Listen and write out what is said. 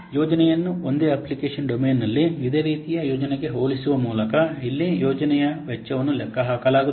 ಆದ್ದರಿಂದ ಯೋಜನೆಯನ್ನು ಒಂದೇ ಅಪ್ಲಿಕೇಶನ್ ಡೊಮೇನ್ನಲ್ಲಿ ಇದೇ ರೀತಿಯ ಯೋಜನೆಗೆ ಹೋಲಿಸುವ ಮೂಲಕ ಇಲ್ಲಿ ಯೋಜನೆಯ ವೆಚ್ಚವನ್ನು ಲೆಕ್ಕಹಾಕಲಾಗುತ್ತದೆ